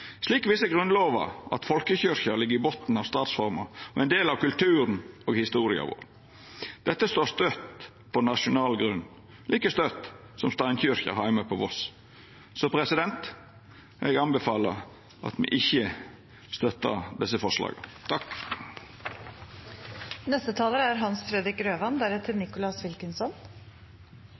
Slik viser Grunnlova at folkekyrkja ligg i botnen av statsforma og er ein del av kulturen og historia vår. Dette står støtt på nasjonal grunn, like støtt som steinkyrkja heime på Voss. Eg anbefaler at me ikkje støttar desse forslaga.